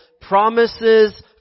promises